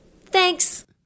Thanks